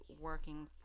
working